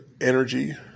energy